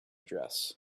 dress